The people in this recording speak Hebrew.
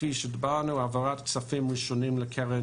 כפי שדיברנו העברת כספים ראשונים לקרן